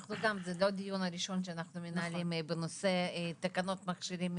זה לא הדיון הראשון שאנחנו מנהלים בנושא תקנות מכשירים מיוחדים.